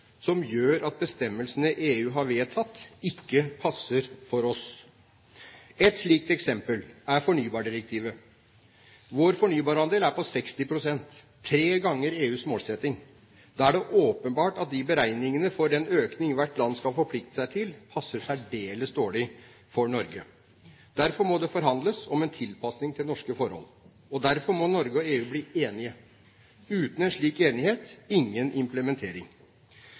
som gjør at bestemmelsene EU har vedtatt, ikke passer for oss. Ett slikt eksempel er fornybardirektivet. Vår fornybarandel er på 60 pst. – tre ganger EUs målsetting. Da er det åpenbart at beregningene for den økning hvert land skal forplikte seg til, passer særdeles dårlig for Norge. Derfor må det forhandles om en tilpasning til norske forhold, og derfor må Norge og EU bli enige. Uten en slik enighet, ingen implementering.